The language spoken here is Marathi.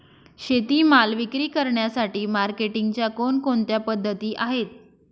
शेतीमाल विक्री करण्यासाठी मार्केटिंगच्या कोणकोणत्या पद्धती आहेत?